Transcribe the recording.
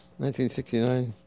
1969